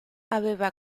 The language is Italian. aveva